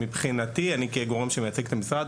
מבחינתי אני כגורם שמייצג את המשרד,